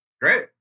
Great